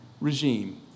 regime